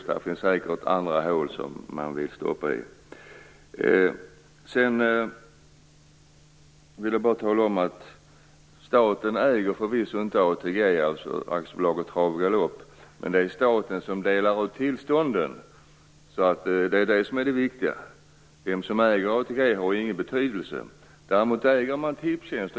Det finns säkert andra hål man vill stoppa i. Sedan vill jag bara säga att staten förvisso inte äger ATG, aktiebolaget Trav och Galopp, men det är staten som delar ut tillstånden. Det är det som är det viktiga. Vem som äger ATG har ingen betydelse. Däremot äger man Tipstjänst.